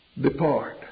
Depart